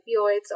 opioids